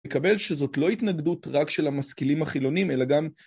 מקבל שזאת לא התנגדות רק של המשכילים החילונים אלא גם